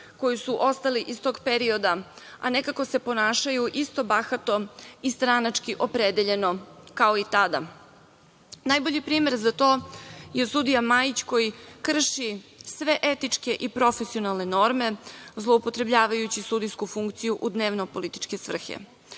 koji su ostali iz tog perioda, a nekako se ponašaju isto bahato i stranački opredeljeno kao i tada. Najbolji primer za to je sudija Majić, koji krši sve etičke i profesionalne norme, zloupotrebljavajući sudijsku funkciju u dnevnopolitičke svrhe.